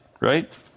Right